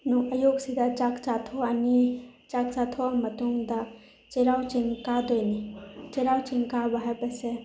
ꯑꯌꯨꯛꯁꯤꯗ ꯆꯥꯛ ꯆꯥꯊꯣꯛꯑꯅꯤ ꯆꯥꯛ ꯆꯥꯊꯣꯛꯑ ꯃꯇꯨꯡꯗ ꯆꯩꯔꯥꯎ ꯆꯤꯡ ꯀꯥꯗꯣꯏꯅꯤ ꯆꯩꯔꯥꯎ ꯆꯤꯡ ꯀꯥꯕ ꯍꯥꯏꯕꯁꯦ